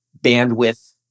bandwidth